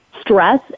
stress